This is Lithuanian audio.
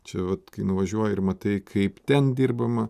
čia vat kai nuvažiuoji ir matai kaip ten dirbama